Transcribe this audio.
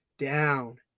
Down